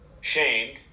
shamed